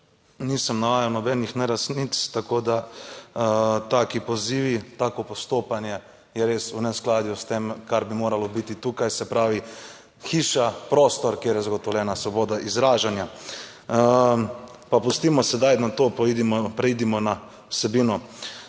nisem navajal nobenih neresnic, tako, da taki pozivi, tako postopanje je res v neskladju s tem, kar bi moralo biti tukaj. Se pravi, hiša, prostor, kjer je zagotovljena svoboda izražanja. Pa pustimo sedaj no to, pojdimo, preidimo na vsebino.